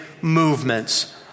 movements